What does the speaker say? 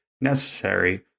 necessary